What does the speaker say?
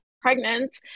pregnant